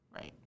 Right